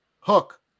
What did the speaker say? Hook